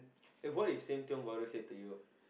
and what if same Tiong-Bahru say to you